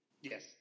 yes